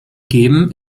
geben